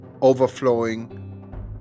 overflowing